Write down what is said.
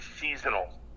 seasonal